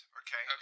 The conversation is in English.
okay